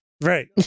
right